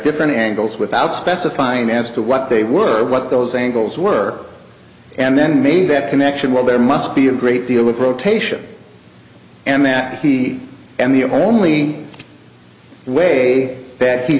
different angles without specifying as to what they were or what those angles work and then made that connection well there must be a great deal of rotation and that he and the only way